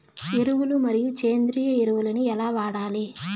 ఎరువులు మరియు సేంద్రియ ఎరువులని ఎలా వాడాలి?